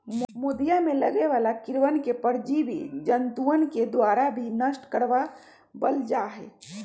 मोदीया में लगे वाला कीड़वन के परजीवी जंतुअन के द्वारा भी नष्ट करवा वल जाहई